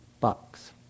bucks